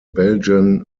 belgian